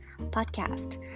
podcast